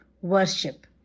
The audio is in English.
worship